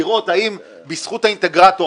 לראות האם בזכות האינטגרטור,